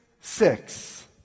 six